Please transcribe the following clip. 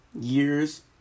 years